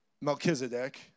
Melchizedek